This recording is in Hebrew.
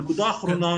הנקודה האחרונה,